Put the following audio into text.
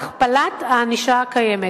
על הכפלת הענישה הקיימת,